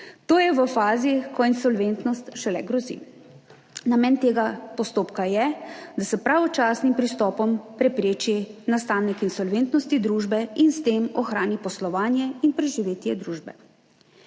to je v fazi, ko insolventnost šele grozi. Namen tega postopka je, da s pravočasnim pristopom prepreči nastanek insolventnosti družbe in s tem ohrani poslovanje in preživetje družbe.